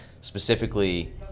Specifically